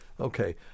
okay